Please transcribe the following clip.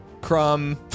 Crumb